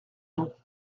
non